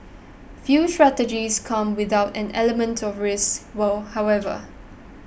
few strategies come without an element of risk well however